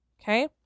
Okay